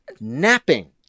napping